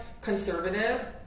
conservative